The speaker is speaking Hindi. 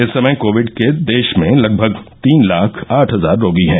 इस समय कोविड के देश में लगभग तीन लाख आठ हजार रोगी हैं